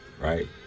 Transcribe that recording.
right